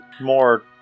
More